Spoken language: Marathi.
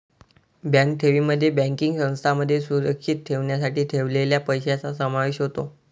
बँक ठेवींमध्ये बँकिंग संस्थांमध्ये सुरक्षित ठेवण्यासाठी ठेवलेल्या पैशांचा समावेश होतो